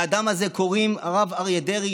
לאדם הזה קוראים הרב אריה דרעי,